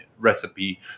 recipe